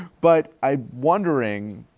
but i'm wondering,